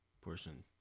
Portion